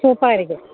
സൂപ്പറായിരിക്കും